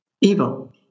evil